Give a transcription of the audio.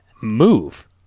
move